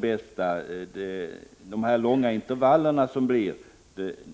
Nej, de är inte de bästa.